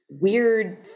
weird